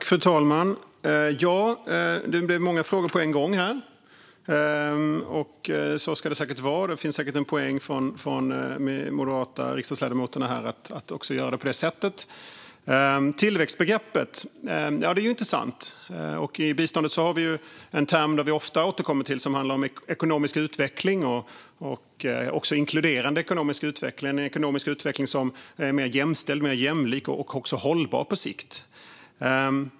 Fru talman! Det blev många frågor på en gång här. Så ska det säkert vara. Det finns säkert en poäng från de moderata riksdagsledamöterna här att göra det på det sättet. Tillväxtbegreppet är intressant. I biståndet har vi en term som vi ofta återkommer till som handlar om ekonomisk utveckling och också inkluderande ekonomisk utveckling. Det är en ekonomisk utveckling som är mer jämställd, mer jämlik och också hållbar på sikt.